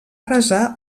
resar